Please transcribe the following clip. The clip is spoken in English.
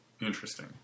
Interesting